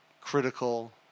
critical